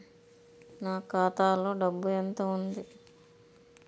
నా ఖాతాలో డబ్బు ఎంత ఉంది?